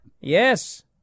Yes